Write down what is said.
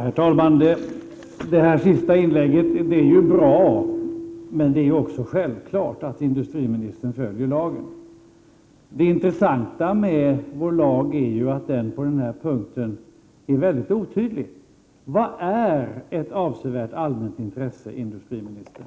Herr talman! Det senaste inlägget var ju bra, men det är också självklart att industriministern följer lagen. Det intressanta är att vår lagstiftning på den här punkten är mycket otydlig. Vad är ett ”avsevärt allmänt intresse”, industriministern?